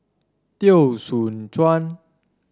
Teo Soon Chuan